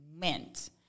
meant